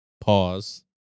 Pause